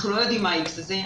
אנחנו לא יודעים מהו האיקס הזה.